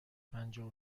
پنجاه